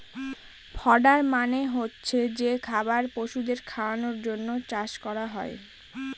fodder মানে হচ্ছে যে খাবার পশুদের খাওয়ানোর জন্য চাষ করা হয়